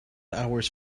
hours